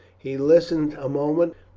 he listened a moment,